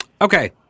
okay